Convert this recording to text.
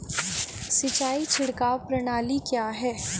सिंचाई छिड़काव प्रणाली क्या है?